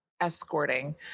escorting